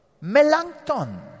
Melanchthon